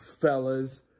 fellas